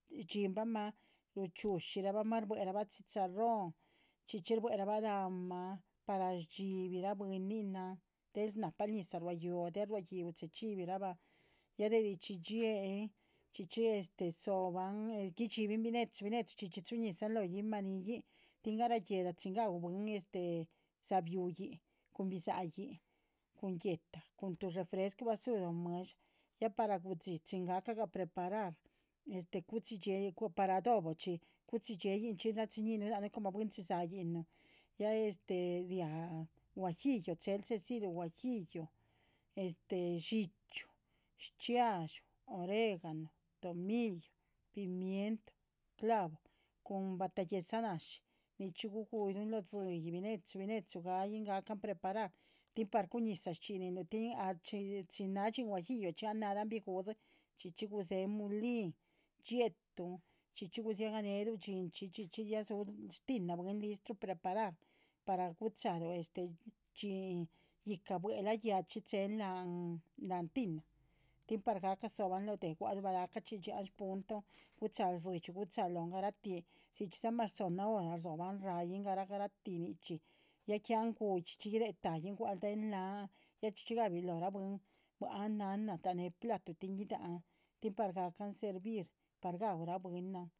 Rdxiínbama, ruxhiuxhirabama, xhbueraba chicharrón, chxíchx xhbueraba la´nhma para chxíbira bwínni´nan, del gahpalu ñizah rua´yúhu o del ruaguiw chechxíbiraba ya derixhi xhie´n, chxíchx zo´ban, gichi´bin bine´chu bine´chu chxíchx xhuñihsan lo yiimanii´n tin garagüela chín ga´u bwín shabiuín cun shpidza cun guéhta cun tu resfrescuba su lo mueh´dsha ya par gu´dxi xhin gakaga preparar cuxhi sxhieínxhí par adobochi, cuxhi sxhieínchí, raxhiñinu la´nu´h como bwín dhxizáa´nu, ya este ría guajillo, cherú chexziru guajillo, este llihchyu, xchiahllu, oregano, tomillo, pimiento, clavo cun bataghexha náshi, nixhi guguirún lo dzíyih bine´chu bine´chu gah´yin ghacán preparar tin par cuñisarú dhxín guajillochi ahn nara ahn naguu´dzi chxíxhx gusén mulín dxie´tun chxíxhx gusiaganerun dhxínchi, chxíxhx ya su shtina bwín listru, preparado par guxharú dhxín yíhca bue´lah yaa´chi, tin chen la´nh tina tin par gacá zoban lo deh, gua´lu blacaxhi xhian´s punton, guxharú dzidxi lonh, garatí sxhisha mas chohnna hora zoban tin gahín, gratí nixhi. ya que anh gui´h, chxíchx guiría ta´yi gua´lu del nahn ya chxíchx gabhirú lora bwín bua anh na dane platu tin gi´dahan tin par gacan´h servir par ga´ura bwínan.